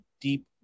deep